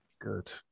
Good